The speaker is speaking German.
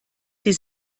sie